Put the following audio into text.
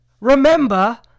remember